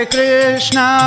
Krishna